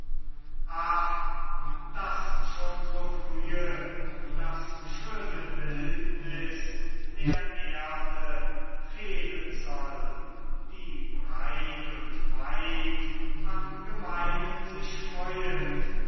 daß schon so frühe das schöne bildnis der erde fehlen soll die breit und weit am gemeinen sich freuet